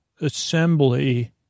assembly